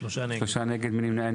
3 נמנעים,